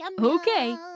Okay